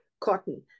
cotton